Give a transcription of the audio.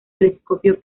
telescopio